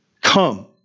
Come